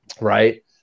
right